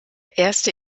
erste